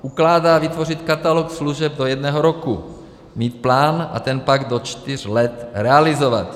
Ukládá vytvořit katalog služeb do jednoho roku, mít plán a ten pak do čtyř let realizovat.